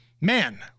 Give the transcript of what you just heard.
man